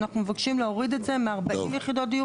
אנחנו מבקשים להוריד מ-40 יחידות דיור ל-20 יחידות דיור.